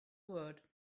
word